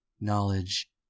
knowledge